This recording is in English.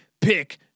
Pick